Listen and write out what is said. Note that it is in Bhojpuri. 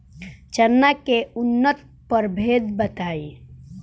चना के उन्नत प्रभेद बताई?